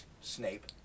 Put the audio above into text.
Snape